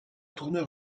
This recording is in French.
tourneur